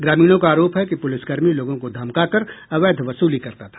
ग्रामीणों का आरोप है कि पुलिसकर्मी लोगों को धमका कर अवैध वसूली करता था